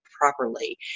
properly